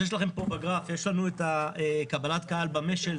בגרף יש לנו קבלת קהל במש"ל,